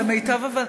למיטב הבנתי,